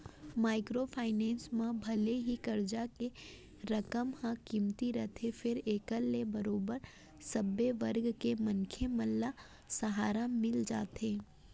micro finance म भले ही करजा के रकम ह कमती रहिथे फेर एखर ले बरोबर सब्बे वर्ग के मनसे मन ल सहारा मिल जाथे